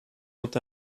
ont